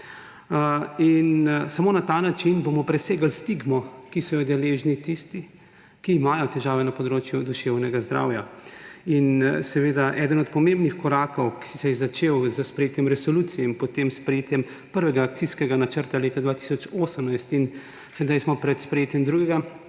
Samo na ta način bomo presegli stigmo, ki so jo deležni tisti, ki imajo težave na področju duševnega zdravja. Seveda eden od pomembnih korakov, ki se je začel s sprejetjem resolucije in potem sprejetjem prvega akcijskega načrta leta 2018 in sedaj smo pred sprejetjem drugega,